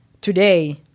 today